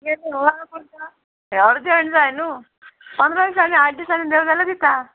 करता अर्जंट जाय न्हू पंदरा दिसांनी आट दिसांनी दिवं जाल्यार दिता